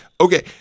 okay